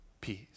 peace